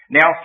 Now